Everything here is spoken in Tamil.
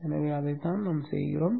எனவே அதைத்தான் செய்வோம்